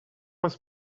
was